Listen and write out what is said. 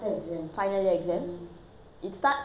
it starts on october it finishes in may